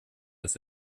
ist